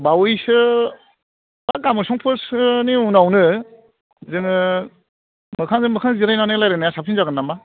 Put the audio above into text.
बावैसो बा गाबोन समफोरसोनि उनावनो जोङो मोखांजों मोखां जिरायनानै रायलायनाया साबसिन जागोन नामा